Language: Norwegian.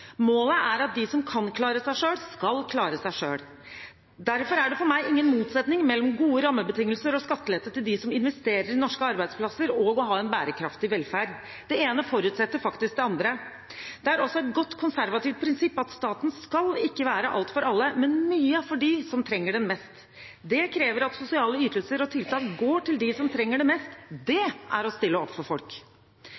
Målet er at de som kan klare seg selv, skal klare seg selv. Derfor er det for meg ingen motsetning mellom gode rammebetingelser og skattelette til dem som investerer i norske arbeidsplasser, og en bærekraftig velferd. Det ene forutsetter faktisk det andre. Det er også et godt konservativt prinsipp at staten ikke skal være alt for alle, men mye for dem som trenger den mest. Det krever at sosiale ytelser og tiltak går til dem som trenger det mest. Det